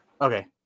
Okay